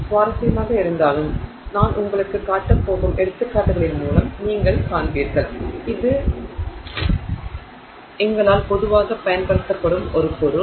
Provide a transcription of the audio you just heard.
சுவாரஸ்யமாக இருந்தாலும் நான் உங்களுக்குக் காட்டப் போகும் எடுத்துக்காட்டுகளின் மூலம் நீங்கள் காண்பீர்கள் இது எங்களால் பொதுவாகப் பயன்படுத்தப்படும் ஒரு பொருள்